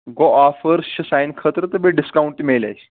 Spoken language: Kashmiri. گوٚو آفٲرٕس چھِ سانہِ خٲطرٕ تہٕ بیٚیہِ ڈسکَاوُنٹ تہِ مِلہِ اَسہِ